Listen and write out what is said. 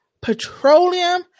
Petroleum